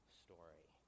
story